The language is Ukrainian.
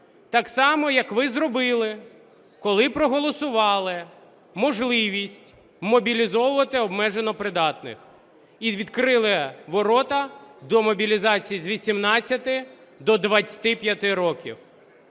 Так само, як ви зробили, коли проголосували можливість мобілізовувати обмежено придатних, і відкрили ворота до мобілізації з 18 до 25 років.